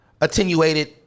attenuated